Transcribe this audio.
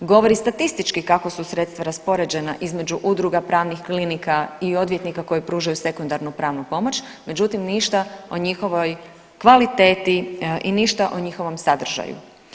Govori statistički kako su sredstva raspoređena između udruga pravnih klinika i odvjetnika koji pružaju sekundarnu pravnu pomoć, međutim ništa o njihovoj kvaliteti i ništa o njihovom sadržaju.